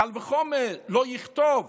קל וחומר לא יכתוב